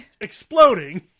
exploding